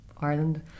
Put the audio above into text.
Ireland